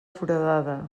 foradada